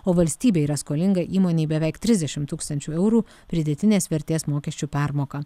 o valstybė yra skolinga įmonei beveik trisdešimt tūkstančių eurų pridėtinės vertės mokesčio permoką